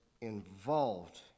involved